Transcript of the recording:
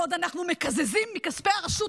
ועוד אנחנו מקזזים מכספי הרשות,